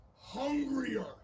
hungrier